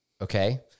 okay